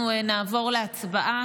נעבור להצבעה.